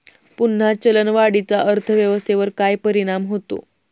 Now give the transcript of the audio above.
पुन्हा चलनवाढीचा अर्थव्यवस्थेवर काय परिणाम होतो